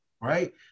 right